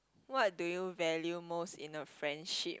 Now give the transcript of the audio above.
what do you value most in a friendship